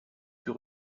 put